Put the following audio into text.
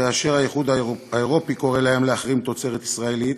וכאשר האיחוד האירופי קורא להם להחרים תוצרת ישראלית,